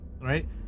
right